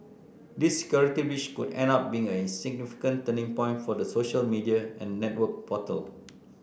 this security breach could end up being a significant turning point for the social media and network portal